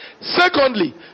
Secondly